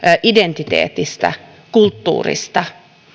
identiteetistä kulttuurista